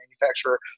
manufacturer